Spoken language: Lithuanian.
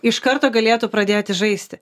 iš karto galėtų pradėti žaisti